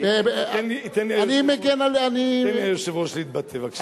אני מגן על, היושב-ראש, תן לי להתבטא, בבקשה.